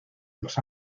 los